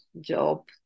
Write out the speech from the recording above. job